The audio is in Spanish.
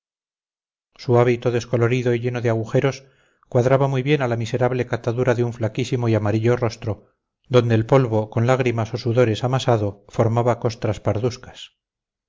su hábito descolorido y lleno de agujeros cuadraba muy bien a la miserable catadura de un flaquísimo y amarillo rostro donde el polvo con lágrimas o sudores amasado formaba costras